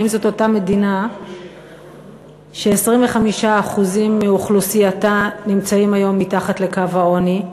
האם זאת אותה מדינה ש-25% מאוכלוסייתה נמצאים היום מתחת לקו העוני,